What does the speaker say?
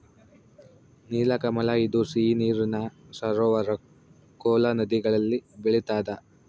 ನೀಲಕಮಲ ಇದು ಸಿಹಿ ನೀರಿನ ಸರೋವರ ಕೋಲಾ ನದಿಗಳಲ್ಲಿ ಬೆಳಿತಾದ